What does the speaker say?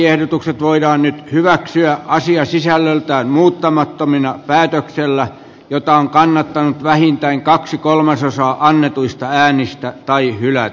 lakiehdotukset voidaan nyt hyväksyä asiasisällöltään muuttamattomina päätöksellä jota on kannattanut vähintään kaksi kolmasosaa annetuista äänistä tai hylätä